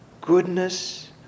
goodness